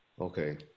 Okay